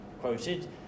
quoted